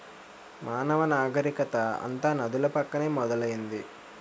మానవ నాగరికత అంతా నదుల పక్కనే మొదలైంది